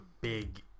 big